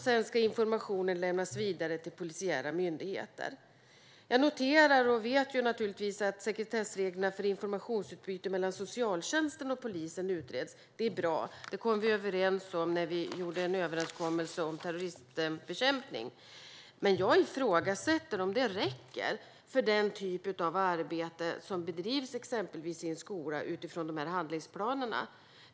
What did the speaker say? Sedan ska informationen lämnas vidare till polisiära myndigheter. Jag vet naturligtvis att sekretessreglerna för informationsutbyte mellan socialtjänsten och polisen utreds. Det är bra. Det kom vi överens om när vi gjorde en överenskommelse om terrorismbekämpning. Men jag ifrågasätter om det räcker för den typ av arbete som exempelvis bedrivs i en skola utifrån dessa handlingsplaner.